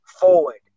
forward